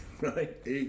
Right